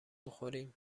بخوریم